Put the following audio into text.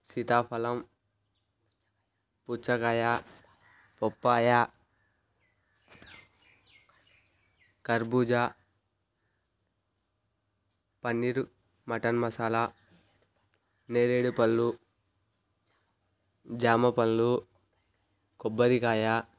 సీతాఫలం పుచ్చకాయ పప్పయ కర్బూజా పనీర్ మటన్ మసాలా నేరేడు పళ్ళు జామ పళ్ళు కొబ్బరికాయ